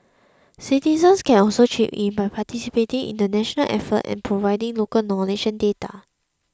citizens can also chip in by participating in the national effort and providing local knowledge and data